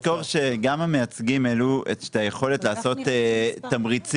צריך לזכור שגם המייצגים העלו את היכולת לעשות תמריצים.